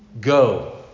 Go